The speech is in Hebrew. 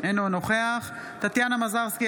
אינו נוכח טטיאנה מזרסקי,